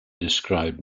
described